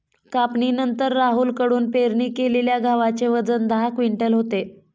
कापणीनंतर राहुल कडून पेरणी केलेल्या गव्हाचे वजन दहा क्विंटल होते